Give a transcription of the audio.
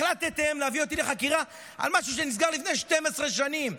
החלטתם להביא אותי לחקירה על משהו שנסגר לפני 12 שנים.